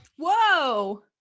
Whoa